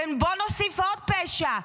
ובואו נוסיף עוד פשע,